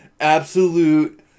Absolute